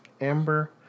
Amber